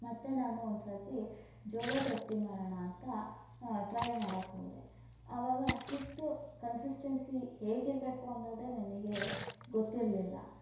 ಮತ್ತು ನಾನು ಒಂದು ಸರ್ತಿ ಜೋಳದ ರೊಟ್ಟಿ ಮಾಡೋಣ ಅಂತ ಟ್ರೈ ಮಾಡಕ್ಕೆ ಹೋದೆ ಅವಾಗ ಹಿಟ್ಟು ಕನ್ಸಿಸ್ಟೆನ್ಸಿ ಹೇಗಿರಬೇಕು ಅನ್ನೋದೇ ನನಗೆ ಗೊತ್ತಿರಲಿಲ್ಲ